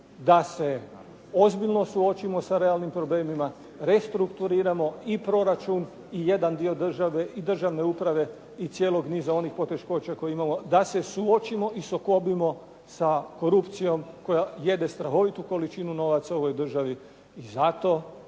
da se ozbiljno suočimo se realnim problemima, restrukturiramo i proračun i jedan dio države i državne uprave i cijelog niza onih poteškoća koje imamo, da se suočimo i sukobimo sa korupcijom koja jede strahovitu količinu novaca u ovoj državi i zato